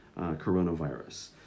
coronavirus